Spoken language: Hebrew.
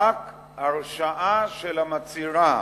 רק הרשעה של המצהירה